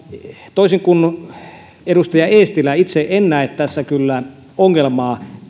toisin kuin edustaja eestilä itse en näe kyllä ongelmaa